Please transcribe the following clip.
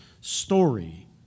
story